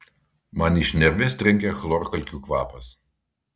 man į šnerves trenkia chlorkalkių kvapas